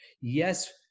Yes